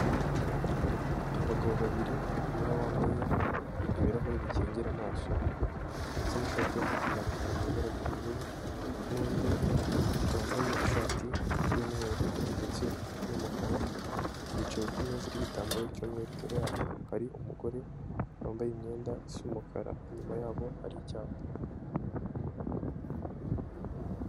Abagabo babiri, umwe wambaye ibirahure bikingira amaso ndetse n'ishati y'amaboko maremare mu ibara ry'ubururu, n'undi wambaye ishati y'umweru ndetse n'umukara, bicaye ku meza y'igitambaro cy'umweru, imbere yabo hari umugore wambaye imyenda isa umukara, inyuma yabo hari icyapa.